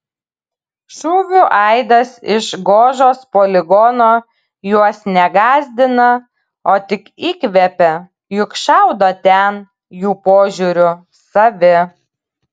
šūvių aidas iš gožos poligono juos ne gąsdina o tik įkvepia juk šaudo ten jų požiūriu savi